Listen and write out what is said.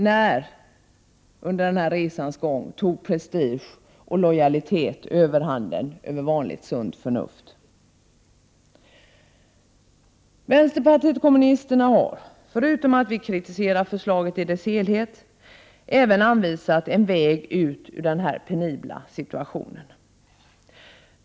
När under resans gång tog prestigen överhanden över vanligt sunt förnuft? Vänsterpartiet kommunisterna har, förutom att vi kritiserat förslaget i dess helhet, även anvisat en väg ut ur denna penibla situation.